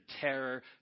terror